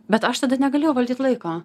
bet aš tada negalėjau valdyt laiko